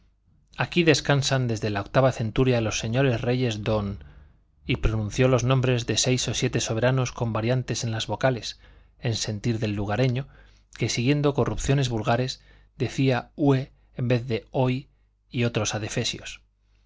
aquí descansan desde la octava centuria los señores reyes don y pronunció los nombres de seis o siete soberanos con variantes en las vocales en sentir del lugareño que siguiendo corrupciones vulgares decía ue en vez de oi y otros adefesios